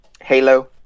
Halo